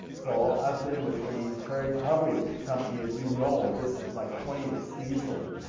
so i've been with the prairie public company as you know, this is my twentieth season.